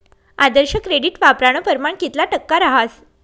आदर्श credit वापरानं परमाण कितला टक्का रहास